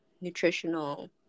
nutritional